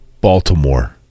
Baltimore